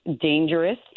dangerous